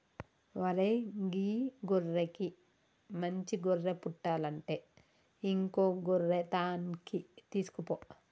ఓరై గీ గొర్రెకి మంచి గొర్రె పుట్టలంటే ఇంకో గొర్రె తాన్కి తీసుకుపో